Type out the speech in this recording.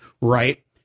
right